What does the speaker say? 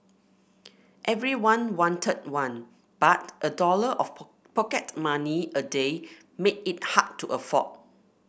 everyone wanted one but a dollar of pocket money a day made it hard to afford